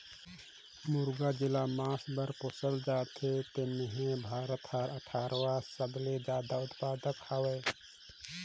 मुरगा जेला मांस बर पोसल जाथे तेम्हे भारत हर अठारहवां सबले जादा उत्पादक हवे